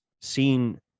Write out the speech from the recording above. seen